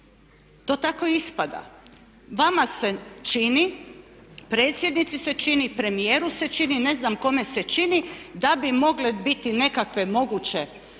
To tako ispada. Vama se čini, predsjednici se čini, premijeru se čini, ne znam kome se čini da bi mogle biti nekakve moguće ugroze